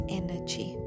energy